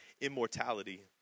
immortality